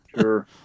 Sure